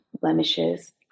blemishes